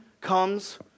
comes